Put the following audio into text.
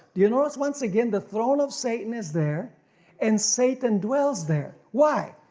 do you notice once again the throne of satan is there and satan dwells there. why?